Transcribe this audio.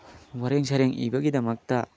ꯋꯥꯔꯦꯡ ꯁꯩꯔꯦꯡ ꯏꯕꯒꯤꯗꯃꯛꯇ